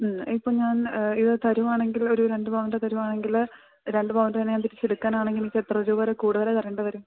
ഉം ഇപ്പോള് ഞാന് ഇതു തരുകയാണെങ്കില് ഒരു രണ്ടു പവന്റെ തരികയാണെങ്കില് രണ്ടു പവന്റേതു തന്നെ ഞാൻ തിരിച്ചെടുക്കാനാണെങ്കില് എനിക്കെത്ര രൂപ വരെ കൂടതല് തരേണ്ടിവരും